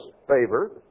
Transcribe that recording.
favor